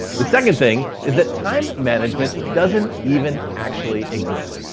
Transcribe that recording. the second thing is that time management doesn't even actually exist.